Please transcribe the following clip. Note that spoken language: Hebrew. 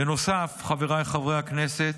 בנוסף, חבריי חברי הכנסת,